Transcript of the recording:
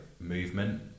movement